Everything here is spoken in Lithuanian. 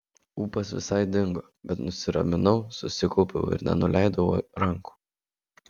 ūpas visai dingo bet nusiraminau susikaupiau ir nenuleidau rankų